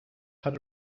had